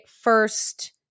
first